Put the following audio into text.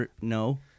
No